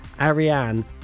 Ariane